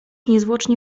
niezwłocznie